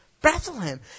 Bethlehem